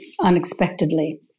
unexpectedly